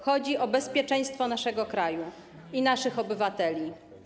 Chodzi o bezpieczeństwo naszego kraju i naszych obywateli.